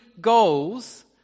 goals